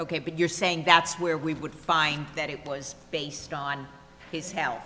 ok but you're saying that's where we would find that it was based on his h